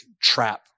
trap